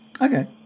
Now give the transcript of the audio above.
Okay